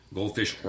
Goldfish